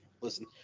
Listen